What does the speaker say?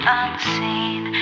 unseen